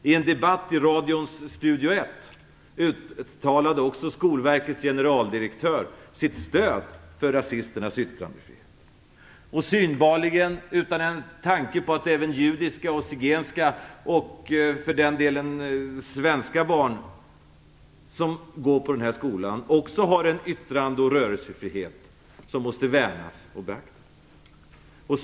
I en debatt i radions Studio Ett uttalade också Skolverkets generaldirektör sitt stöd för rasisternas yttrandefrihet, synbarligen utan en tanke på att även judiska, zigenska och för den delen svenska barn som går på skolan har en yttrande och rörelsefrihet som måste värnas och beaktas.